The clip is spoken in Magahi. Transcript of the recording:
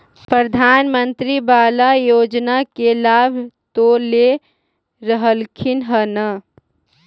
प्रधानमंत्री बाला योजना के लाभ तो ले रहल्खिन ह न?